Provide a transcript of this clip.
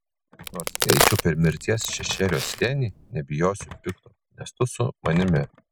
nors eičiau per mirties šešėlio slėnį nebijosiu pikto nes tu su manimi